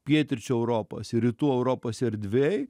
pietryčių europos rytų europos erdvėj